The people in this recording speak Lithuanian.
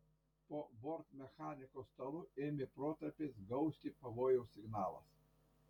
po bortmechaniko stalu ėmė protarpiais gausti pavojaus signalas